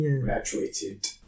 graduated